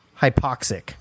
hypoxic